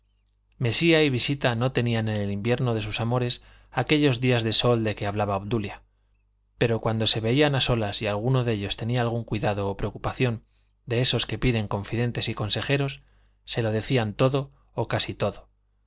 mesía y visita no tenían en el invierno de sus amores aquellos días de sol de que hablaba obdulia pero cuando se veían a solas y alguno de ellos tenía algún cuidado o preocupación de esos que piden confidentes y consejeros se lo decían todo o casi todo